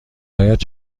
هایت